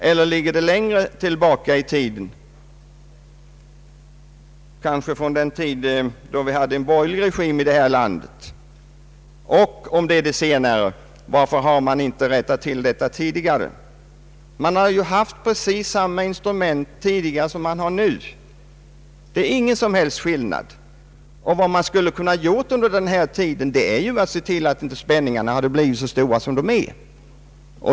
Eller skall man gå längre tillbaka i tiden, kanske till den tid då vi hade en borgerlig regim i detta land? Om han anser det senare, varför har man inte då rättat till dessa förhållanden tidigare? Man har ju haft precis samma instrument tidigare som man har nu; det är ingen som helst skillnad. Vad man skulle ha kunnat göra under denna tid är att se till att inte spänningarna blivit så stora som de är.